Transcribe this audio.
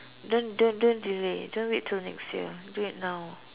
then then don't delay don't wait until next year do it know